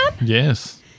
yes